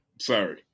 sorry